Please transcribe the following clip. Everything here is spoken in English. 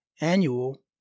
annual